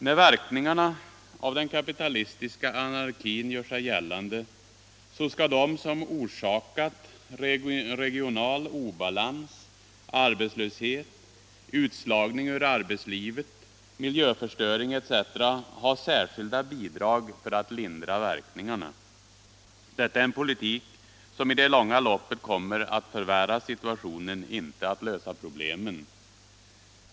När verkningarna av den kapitalistiska anarkin gör sig gällande, skall de som orsakat regional obalans, arbetslöshet, utslagning ur arbetslivet, miljöförstöring etc. ha särskilda bidrag för att lindra verkningarna. Detta är en politik som i det långa loppet kommer att förvärra situationen, inte lösa problemen.